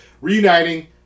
reuniting